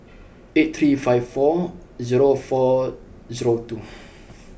eight three five four zero four zero two